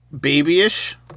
babyish